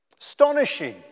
Astonishing